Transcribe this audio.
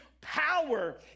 power